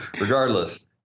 Regardless